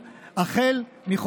התשפ"א 2021. בהצעת החוק מוצע,